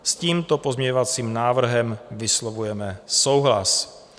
S tímto pozměňovacím návrhem vyslovujeme souhlas.